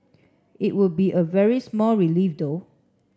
it would be a very small relief though